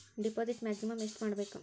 Deposit maximum ಎಷ್ಟು ಮಾಡಬೇಕು?